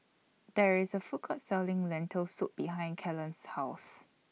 There IS A Food Court Selling Lentil Soup behind Kalen's House